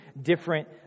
different